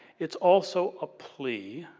it's also a plea,